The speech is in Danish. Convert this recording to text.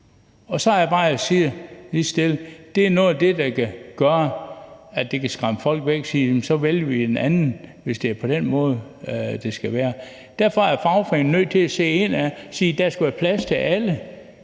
siger lige så stille: Det er noget af det, der kan skræmme folk væk og få dem til at sige, at de vælger en anden fagforening, hvis det er på den måde, det skal være. Derfor er fagforeningerne nødt til at se indad og sige, at der skal være plads til alle.